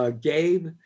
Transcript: Gabe